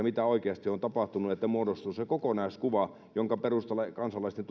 mitä oikeasti on tapahtunut niin että muodostuu se kokonaiskuva jonka perusteella kansalaisten